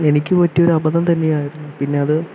എനിക്ക് പറ്റിയ ഒരു അബദ്ധം തന്നെയായിരുന്നു പിന്നെ അത്